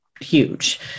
huge